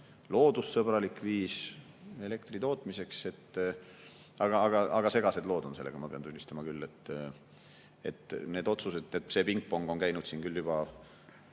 loodussõbralik viis elektri tootmiseks. Aga segased lood on sellega, ma pean tunnistama. Need otsused, see pingpong on käinud juba